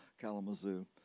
Kalamazoo